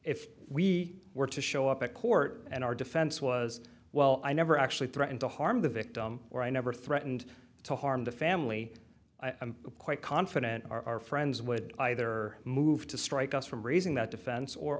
if we were to show up at court and our defense was well i never actually threatened to harm the victim or i never threatened to harm the family i am quite confident our friends would either move to strike us from raising that defense or